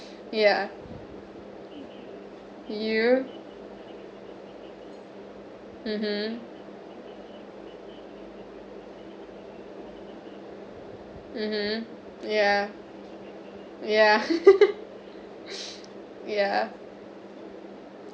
yeah you mmhmm mmhmm yeah yeah yeah